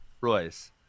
royce